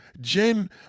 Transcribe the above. Jen